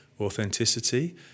authenticity